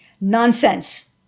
Nonsense